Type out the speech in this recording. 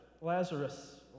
Lazarus